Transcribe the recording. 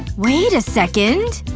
wait a second,